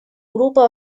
группы